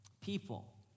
people